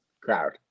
crowd